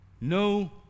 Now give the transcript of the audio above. no